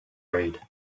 read